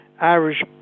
Irish